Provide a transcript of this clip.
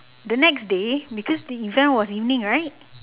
the next day because the event was evening right